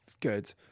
good